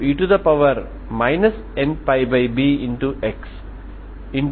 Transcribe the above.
Sturm Liouville సమస్య లాగానే మీరు వేవ్ సమీకరణం కోసం దాన్ని పరిష్కరించడానికి ప్రయత్నించవచ్చు